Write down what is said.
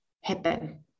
happen